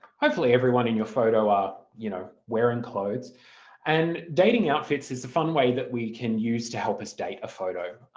hopefully everyone in your photo are you know wearing clothes and dating outfits is a fun way that we can use to help us date a photo.